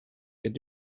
could